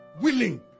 Willing